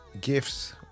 gifts